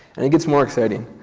and it gets more exciting.